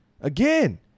again